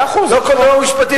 לא כל דבר הוא משפטי,